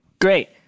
Great